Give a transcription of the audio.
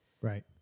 Right